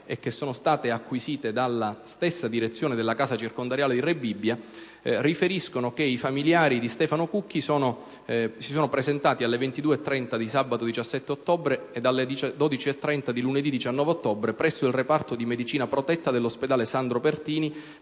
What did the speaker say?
e che sono state acquisite dalla stessa direzione della casa circondariale di Rebibbia riferiscono che i familiari di Stefano Cucchi si sono presentati alle ore 22,30 di sabato 17 ottobre e alle ore 12,30 di lunedì 19 ottobre presso il reparto di medicina protetta dell'ospedale Sandro Pertini